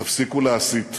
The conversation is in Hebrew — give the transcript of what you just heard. תפסיקו להסית.